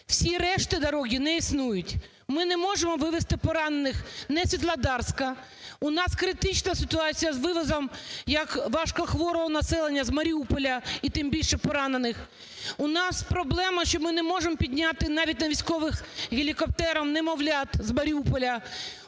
вся решта доріг не існують. Ми не можемо вивезти поранених ні з Світлодарська. У нас критична ситуація з вивозом як важкохворого населення з Маріуполя і тим більше поранених. У нас проблема, що ми не можемо підняти навіть на військових гелікоптерах немовлят з Маріуполя.